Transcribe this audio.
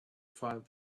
find